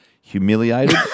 humiliated